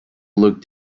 looked